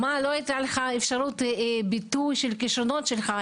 מה, לא הייתה לך אפשרות ביטוי של כשרונות לך?